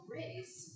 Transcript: race